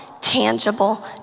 tangible